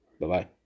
Bye-bye